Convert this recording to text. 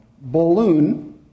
balloon